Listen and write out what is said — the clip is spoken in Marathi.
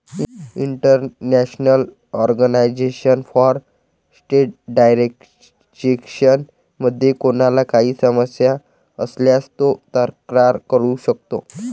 इंटरनॅशनल ऑर्गनायझेशन फॉर स्टँडर्डायझेशन मध्ये कोणाला काही समस्या असल्यास तो तक्रार करू शकतो